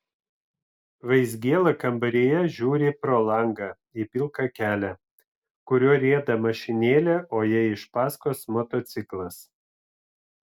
vaizgėla kambaryje žiūri pro langą į pilką kelią kuriuo rieda mašinėlė o jai iš paskos motociklas